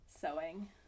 sewing